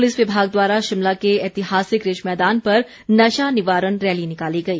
police विभाग द्वारा शिमला के ऐतिहासिक रिज मैदान पर नशा निवारण रैली निकाली गई